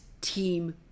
team